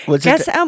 Guess